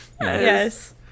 Yes